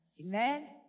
Amen